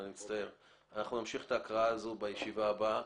נמשיך את ההקראה בישיבה הבאה.